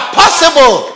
possible